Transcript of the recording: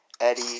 Eddie